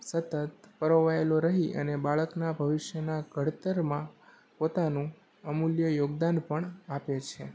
સતત પરોવાયેલો રહી અને બાળકનાં ભવિષ્યનાં ઘડતરમાં પોતાનું અમૂલ્ય યોગદાન પણ આપે છે